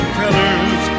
colors